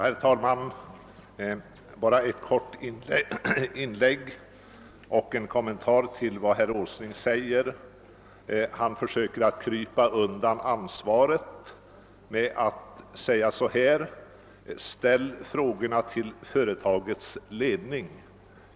Herr talman! Bara en kort kommentar till herr Åslings anförande. Han försöker krypa undan ansvaret genom att säga: »Ställ frågorna till företagets ledning!